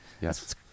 Yes